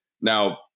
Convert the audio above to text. Now